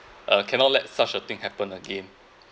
uh cannot let such a thing happen again